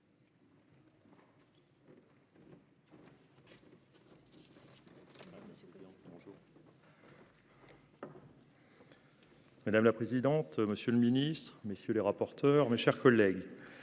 Madame la présidente, monsieur le ministre, messieurs les rapporteurs, mes chers collègues.